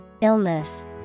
illness